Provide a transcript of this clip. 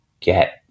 get